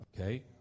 Okay